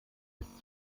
ist